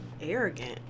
arrogant